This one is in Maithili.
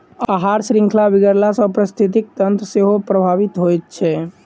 आहार शृंखला बिगड़ला सॅ पारिस्थितिकी तंत्र सेहो प्रभावित होइत छै